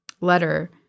letter